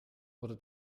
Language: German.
oder